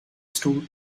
stoel